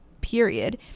period